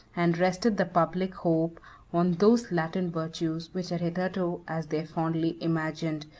and rested the public hope on those latent virtues which had hitherto, as they fondly imagined,